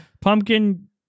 pumpkin